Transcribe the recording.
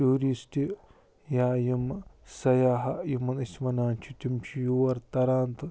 tourist یا یِم سیاہ یِمن أسۍ وَنان چھِ تِم چھِ یور تَران تہٕ